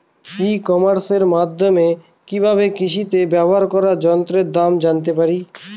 ই কমার্সের মাধ্যমে কি ভাবে কৃষিতে ব্যবহার করা যন্ত্রের দাম জানতে পারি?